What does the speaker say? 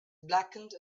blackened